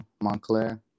Montclair